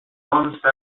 once